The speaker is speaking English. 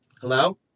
Hello